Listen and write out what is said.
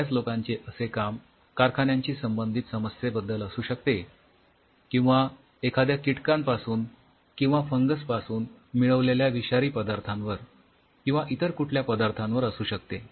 बऱ्याच लोकांचे असे काम कारखान्यांशी संबंधित समस्येबद्दल असू शकते किंवा एखाद्या कीटकांपासून किंवा फंगस पासून मिळवलेल्या विषारी पदार्थावर किंवा इतर कुठल्या पदार्थावर असू शकते